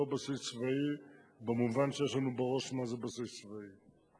לא בסיס צבאי במובן שיש לנו בראש מה זה בסיס צבאי.